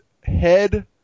head